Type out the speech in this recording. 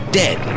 dead